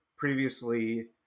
Previously